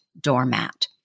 doormat